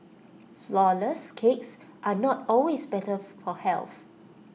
Flourless Cakes are not always better for health